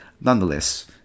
Nonetheless